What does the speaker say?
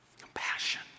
Compassion